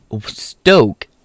Stoke